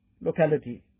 locality